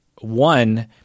one